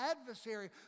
adversary